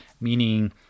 meaning